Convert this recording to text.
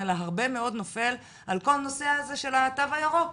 אלא הרבה מאוד נופל על כל הנושא של התו הירוק.